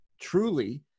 Truly